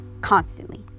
constantly